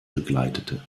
begleitete